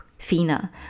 Fina